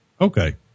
Okay